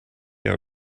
her